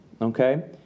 okay